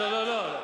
לא, לא.